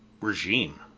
regime